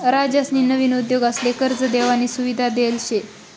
राज्यसनी नवीन उद्योगसले कर्ज देवानी सुविधा देल शे